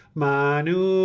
manu